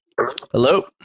Hello